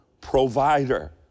provider